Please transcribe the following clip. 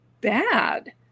bad